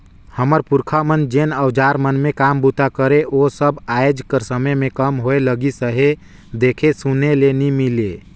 हमर पुरखा मन जेन अउजार मन मे काम बूता करे ओ सब आएज कर समे मे कम होए लगिस अहे, देखे सुने ले नी मिले